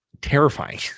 terrifying